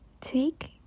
take